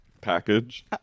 Package